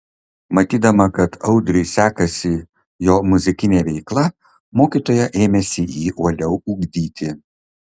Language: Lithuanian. matydama kad audriui sekasi jo muzikinė veikla mokytoja ėmėsi jį uoliau ugdyti